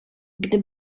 gdy